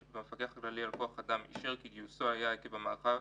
והמפקח הכלי על כוח אדם אישר כי גיוסו היה עקב למגויס המערכה